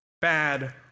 bad